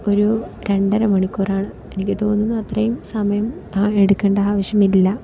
ഒരു രണ്ടര മണിക്കൂറാണ് എനിക്ക് തോന്നുന്നു അത്രയും സമയം എടുക്കേണ്ട ആവശ്യമില്ല